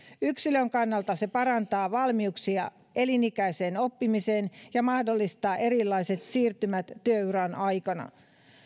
yksilön kannalta se parantaa valmiuksia elinikäiseen oppimiseen ja mahdollistaa erilaiset siirtymät työuran aikana